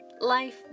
life